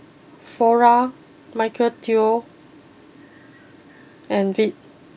Flora Michael Trio and Veet